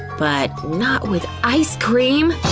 but not with ice cream!